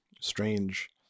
strange